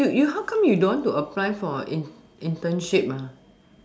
but you you how come you don't want to apply for in internship ah